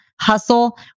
hustle